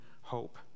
hope